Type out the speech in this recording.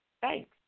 thanks